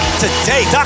today